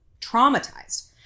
traumatized